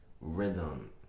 rhythm